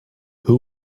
who